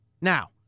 Now